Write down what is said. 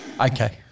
Okay